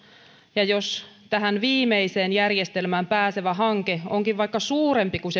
ja jos tähän viimeiseen järjestelmään pääsevä hanke onkin vaikka suurempi kuin